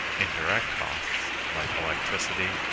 indirect costs like electricity,